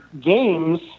games